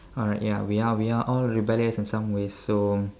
alright ya we are we are all rebellious in some ways so